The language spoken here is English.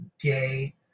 gay